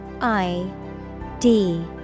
ID